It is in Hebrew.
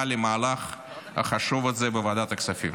להתגייס למהלך החשוב הזה בוועדת הכספים.